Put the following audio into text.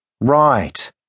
Right